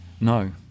no